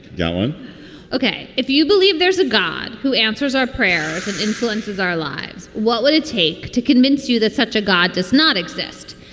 go on ok. if you believe there's a god who answers our prayers and influences our lives, what would it take to convince you that such a god does not exist?